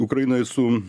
ukrainoje su